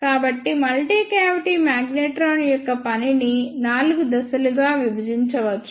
కాబట్టి multi cavity magnetron యొక్క పనిని నాలుగు దశలుగా విభజించవచ్చు